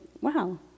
wow